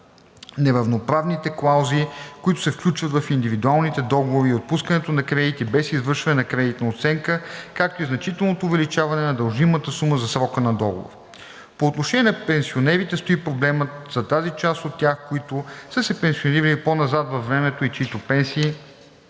неравноправните клаузи, които се включват в индивидуалните договори, и отпускането на кредити без извършване на кредитна оценка, както и значителното увеличаване на дължимата сума за срока на договора. По отношение на пенсионерите стои проблемът за тази част от тях, които са се пенсионирали по-назад във времето и чиито пенсии